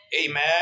Amen